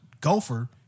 gopher